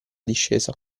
discesa